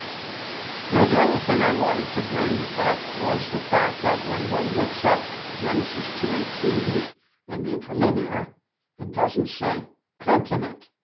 now the other thing i wanted to bring up was the fact that when one looks up genesis two eighteen in and the interlinear it doesn't say complement.